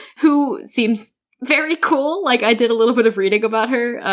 who seems very cool. like i did a little bit of reading about her,